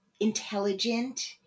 intelligent